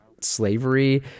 slavery